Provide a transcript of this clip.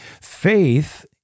faith